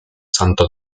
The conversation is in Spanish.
santo